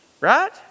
right